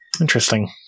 Interesting